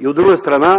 и от друга страна,